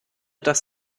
das